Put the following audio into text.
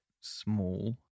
small